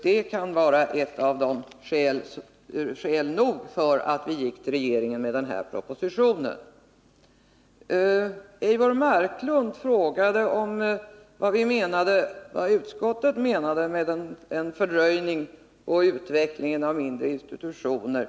Det kan vara skäl nog för att vi gick till riksdagen med den här propositionen. Eivor Marklund frågade vad utskottet menade med en fördröjning i fråga ä ä Sedd ”. är i 119 om utvecklingen av mindre institutioner.